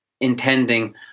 intending